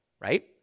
right